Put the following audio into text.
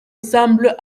semblent